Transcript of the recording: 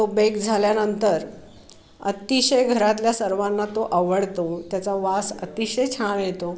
तो बेक झाल्यानंतर अतिशय घरातल्या सर्वांना तो आवडतो त्याचा वास अतिशय छान येतो